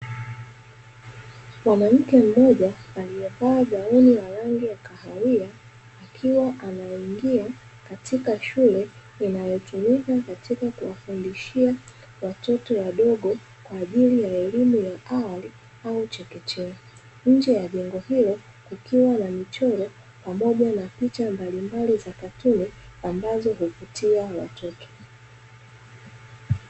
Mwanamke mmoja aliyevaa gauni la rangi ya kahawia akiwa anaingia katika shule inayotumika katika kuwafundishia watoto wadogo kwa ajili ya elimu ya awali au chekechea, nje ya jengo hilo kukiwa na michoro pamoja na picha mbalimbali za katuni ambazo huvutia watoto.